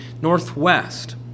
northwest